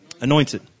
Anointed